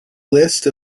list